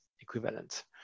equivalent